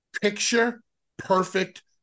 picture-perfect